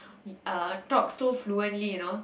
uh talk so fluently you know